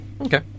Okay